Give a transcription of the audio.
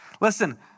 Listen